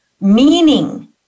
meaning